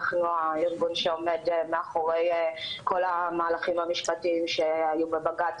אנחנו הארגון שעומד מאחורי כל המהלכים המשפטיים שהיו בבג"ץ